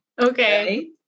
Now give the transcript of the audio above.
okay